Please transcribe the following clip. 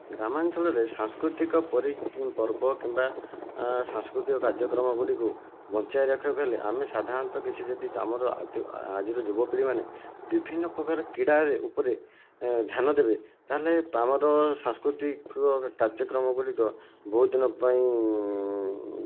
ଗ୍ରାମାଞ୍ଚଳରେ ସାସ୍କୃତିକ ପର୍ବ କିମ୍ବା ସାସ୍କୃତିକ କାର୍ଯ୍ୟକ୍ରମଗୁଡ଼ିକୁ ବଞ୍ଚାଇରଖିବାକୁ ହେଲେ ଅମେ ସାଧାରଣତଃ କିଛି ଯଦି ଆମର ଆଜିର ଯୁବପୀଢ଼ିମାନେ ବିଭିନ୍ନପ୍ରକାର କ୍ରୀଡ଼ାରେ ଉପରେ ଧ୍ୟାନ ଦେବେ ତା'ହେଲେ ଆମର ସାସ୍କୃତିକ କାର୍ଯ୍ୟକ୍ରମଗୁଡ଼ିକ ବହୁତ ଦିନ ପାଇଁ